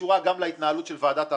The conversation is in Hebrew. קשורה גם להתנהלות של ועדת ההסכמות,